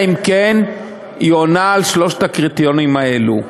אם כן היא עונה על שלושת הקריטריונים האלה.